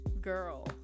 girl